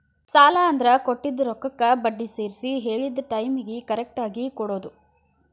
ಸಾಲ ಅಂದ್ರ ಕೊಟ್ಟಿದ್ ರೊಕ್ಕಕ್ಕ ಬಡ್ಡಿ ಸೇರ್ಸಿ ಹೇಳಿದ್ ಟೈಮಿಗಿ ಕರೆಕ್ಟಾಗಿ ಕೊಡೋದ್